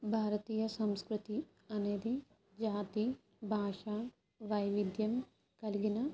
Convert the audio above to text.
భారతీయ సంస్కృతి అనేది ఖ్యాతి భాష వైవిద్యం కలిగిన